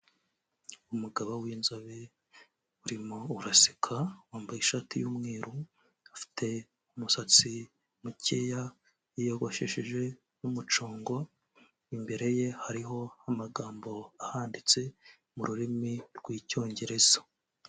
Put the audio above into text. Umugabo w'inzobe urimo uraseka, wambaye ishati y'umweru, afite umusatsi mukeya, yiyogoshesheje umucungo, imbere ye hariho amagambo ahanditse mu rurimi rw'icyongereza.